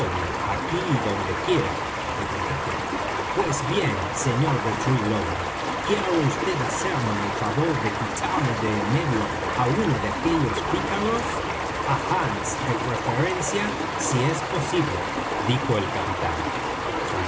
aquí y donde quiera le contesté pues bien sr de trelawney quiere vd hacerme el favor de quitarme de en medio á uno de aquellos pícaros á hands de preferencia si es posible dijo el capitán